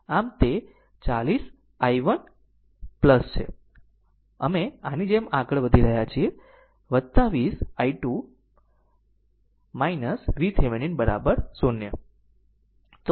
આમ તે 40 i1 છે અમે આની જેમ આગળ વધી રહ્યા છીએ 20 i2 VThevenin 0